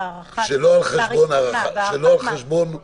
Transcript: הארכת מעצר ראשונה והארכת --- שלא על חשבון הוכחות.